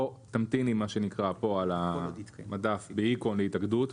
או תמתיני מה שנקרא פה על המדף בהיכון להתאגדות,